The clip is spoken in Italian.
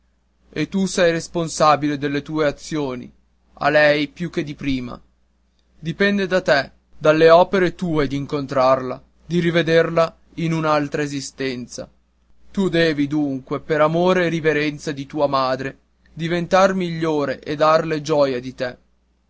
e tu sei responsabile delle tue azioni a lei più di prima dipende da te dalle opere tue d'incontrarla di rivederla in un'altra esistenza tu devi dunque per amore e riverenza a tua madre diventar migliore e darle gioia di te